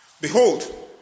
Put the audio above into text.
Behold